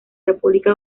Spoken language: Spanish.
república